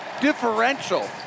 differential